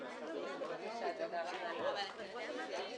תודה רבה, הישיבה נעולה.